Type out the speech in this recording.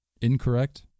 incorrect